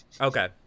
okay